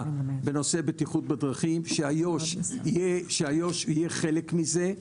בנושא בטיחות בדרכים שאיו"ש יהיה חלק מזה,